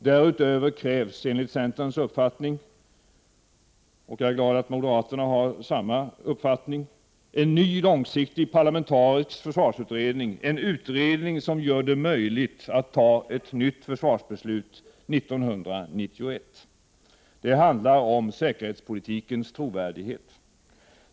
Därutöver krävs enligt centerns uppfattning — jag är glad att moderaterna har samma uppfattning — en ny långsiktig parlamentarisk försvarsutredning, en utredning som gör det möjligt att fatta ett nytt försvarsbeslut 1991. Det handlar om säkerhetspolitikens trovärdighet.